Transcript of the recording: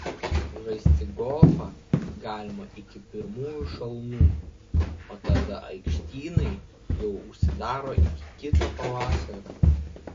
žaisti golfą galima iki pirmųjų šalnų o tada aikštynai jau užsidaro iki kito pavasario